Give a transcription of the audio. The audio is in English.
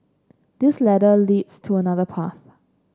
this ladder leads to another path